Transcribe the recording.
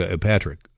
Patrick